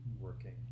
working